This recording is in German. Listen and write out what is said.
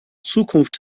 zukunft